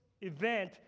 event